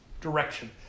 direction